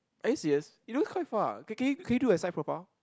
are you serious you look quite far can you can you do a side profile